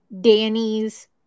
Danny's